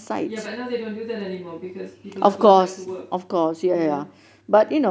ya but now they don't do that anymore because people have back to work